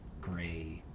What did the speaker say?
gray